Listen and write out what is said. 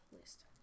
list